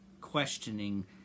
questioning